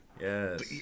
Yes